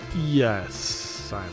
yes